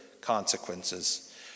consequences